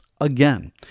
again